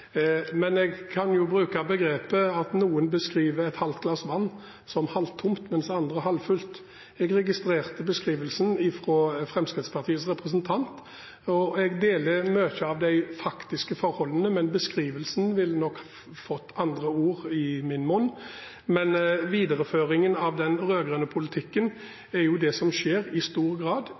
Men jeg kan jo bruke begrepet med at noen beskriver et halvt glass vann som «halvtomt», mens andre sier det er «halvfullt». Jeg registrerte beskrivelsen fra Fremskrittspartiets representant, og jeg deler syn på mange av de faktiske forholdene, men beskrivelsen ville nok fått andre ord i min munn. Videreføringen av den rød-grønne politikken er jo det som i stor grad